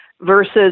versus